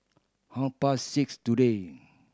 half past six today